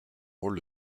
rôle